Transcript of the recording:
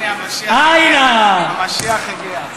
גפני, המשיח הגיע.